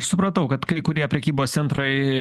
supratau kad kai kurie prekybos centrai